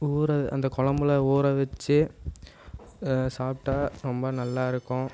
ஊற அந்த குழம்பில் ஊற வச்சு சாப்பிட்டா ரொம்ப நல்லா இருக்கும்